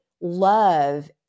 love